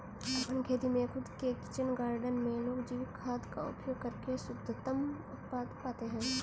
urban खेती में खुद के किचन गार्डन में लोग जैविक खाद का उपयोग करके शुद्धतम उत्पाद पाते हैं